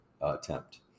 attempt